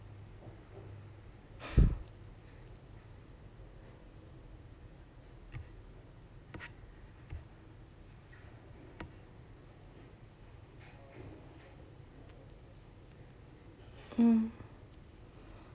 mm